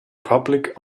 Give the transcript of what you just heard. public